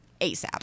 asap